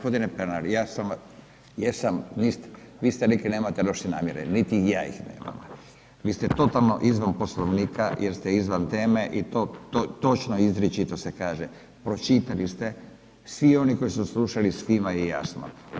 Gospodine Perner, ja sam, vi ste rekli nemate loše namjere, niti ja ih nemam, vi ste totalno izvan Poslovnika jer ste izvan teme i točno izričito se kaže, pročitali ste, svi oni koji su slušali, svima je jasno.